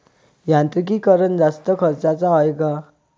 यांत्रिकीकरण जास्त खर्चाचं हाये का?